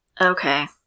Okay